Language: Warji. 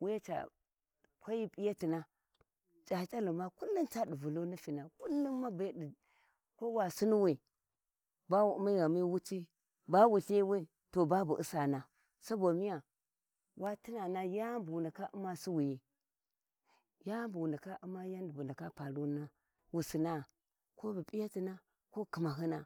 wica kwahi p’iyatina C’C’alguma kullum ca du Vulu nifina kullum ma be ko wa Sinnuwi ba wu ummi ghani wuti bawu lthiwi to babu usana soba miya wa tinana yani bu wu ndaka uma suyuwi yani bu wu ndaka uma paruna wusuna kobu p’iyatina ko khimahina.